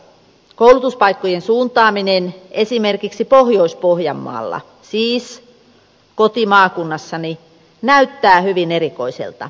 koulutuspaikkojen suuntaaminen esimerkiksi pohjois pohjanmaalla siis kotimaakunnassani näyttää hyvin erikoiselta